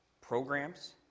programs